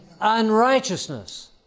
unrighteousness